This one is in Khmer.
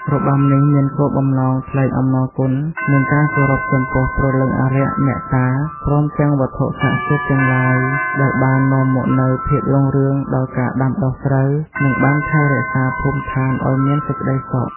របាំនេះមានគោលបំណងថ្លែងអំណរគុណ និងការគោរពចំពោះព្រលឹងអារក្ស អ្នកតា ព្រមទាំងវត្ថុស័ក្តិសិទ្ធិទាំងឡាយដែលបាននាំមកនូវភាពរុងរឿងដល់ការដាំដុះស្រូវ និងបានថែរក្សាភូមិឋានឱ្យមានសេចក្ដីសុខ។